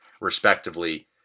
respectively